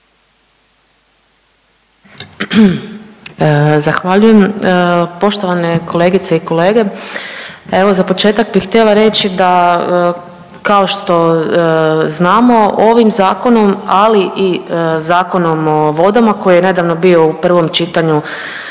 Zahvaljujem. Poštovane kolegice i kolege, evo za početak bih htjela reći da kao što znamo ovim zakonom ali i Zakonom o vodama koji je nedavno bio u prvom čitanju